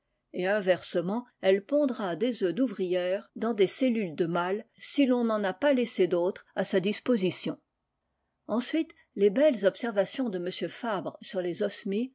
et inversement ondra des œufs d'ouvrières dans des cellules de mâles si ton n'en a pas laissé d'autres à sa disposition ensuite les belles observations de m fabre sur les osmies